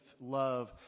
Love